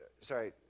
Sorry